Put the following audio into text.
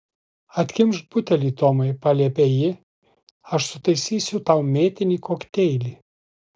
atkimšk butelį tomai paliepė ji aš sutaisysiu tau mėtinį kokteilį